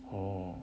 oh